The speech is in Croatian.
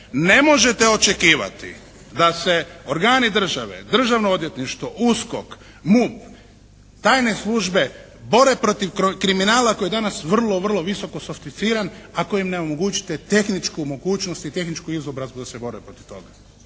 Ne možete očekivati da se organi države, Državno odvjetništvo, USKOK, MUP, tajne službe bore protiv kriminala koji je danas vrlo, vrlo visoko sofisticiran ako im ne omogućite tehničku mogućnost i tehničku izobrazbu da se bore protiv toga.